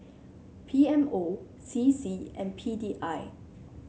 P M O C C and P D I